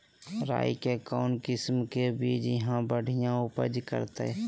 राई के कौन किसिम के बिज यहा बड़िया उपज करते?